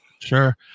Sure